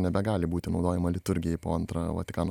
nebegali būti naudojama liturgijai po antro vatikano